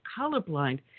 Colorblind